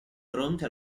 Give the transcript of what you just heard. pronte